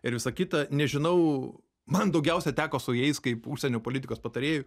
ir visa kita nežinau man daugiausia teko su jais kaip užsienio politikos patarėjui